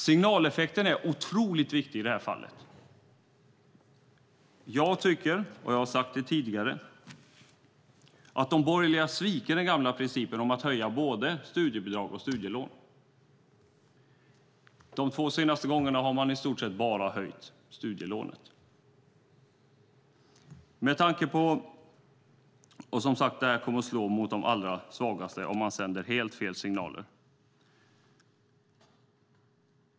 Signaleffekten är otroligt viktig i det här fallet. Jag tycker - och jag har sagt det tidigare - att de borgerliga sviker den gamla principen om att höja både studiebidrag och studielån. De två senaste gångerna har man i stort sett bara höjt studielånet. Det här kommer som sagt att slå mot de allra svagaste. Man sänder helt fel signaler.